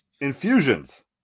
infusions